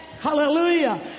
hallelujah